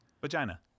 Vagina